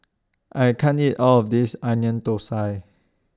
I can't eat All of This Onion Thosai